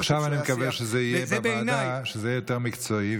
עכשיו אני מקווה שזה יהיה בוועדה וזה יהיה יותר מקצועי,